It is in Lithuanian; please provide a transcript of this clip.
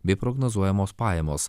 bei prognozuojamos pajamos